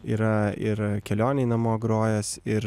yra ir kelionei namo grojęs ir